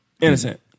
innocent